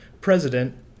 President